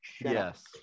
Yes